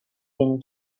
been